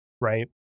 right